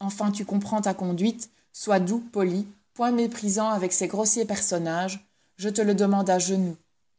enfin tu comprends ta conduite sois doux poli point méprisant avec ces grossiers personnages je te le demande à genoux